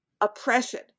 oppression